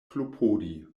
klopodi